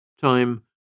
Time